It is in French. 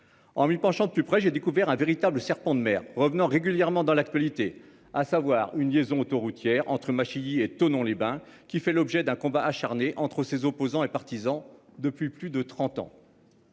En me penchant de plus près, j'ai découvert un véritable serpent de mer revenant régulièrement dans l'actualité, à savoir une liaison autoroutière entre ma machinerie et Thonon les Bains qui fait l'objet d'un combat acharné entre ses opposants et partisans depuis plus de 30 ans.